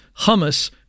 hummus